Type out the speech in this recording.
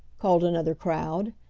called another crowd.